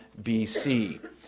BC